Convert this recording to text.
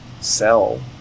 sell